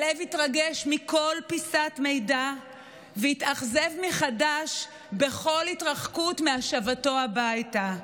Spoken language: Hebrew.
הלב התרגש מכל פיסת מידע והתאכזב מחדש בכל התרחקות מהשבתו הביתה.